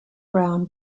brown